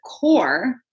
core